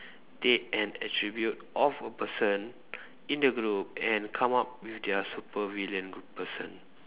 take an attribute of a person in the group and come up with their supervillain person